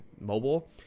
mobile